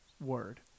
Word